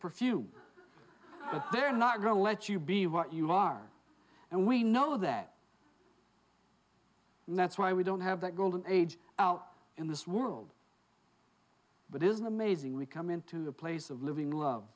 perfume but they're not going to let you be what you are and we know that and that's why we don't have that golden age out in this world but it is an amazing we come into a place of living love